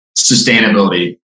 sustainability